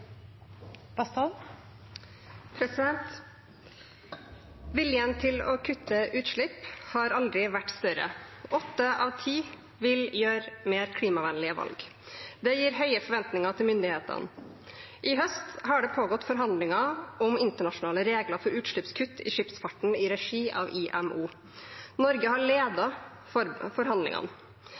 til å kutte utslipp har aldri vært større. 8 av 10 vil gjøre mer klimavennlige valg i hverdagen. Det gir høye forventinger til myndighetene. I høst har det pågått forhandlinger om internasjonale regler for utslippskutt i skipsfarten i regi av IMO. Norge har ledet forhandlingene.